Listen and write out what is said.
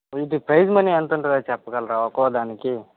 వీటి prize money ఎంత ఉంటుందో చెప్పగలరా ఒక్కో దానికి